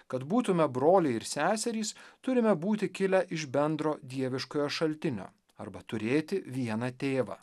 kad būtume broliai ir seserys turime būti kilę iš bendro dieviškojo šaltinio arba turėti vieną tėvą